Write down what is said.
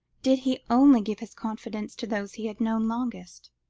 did he only give his confidence to those he had known longest?